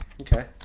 Okay